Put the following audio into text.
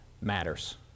matters